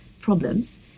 problems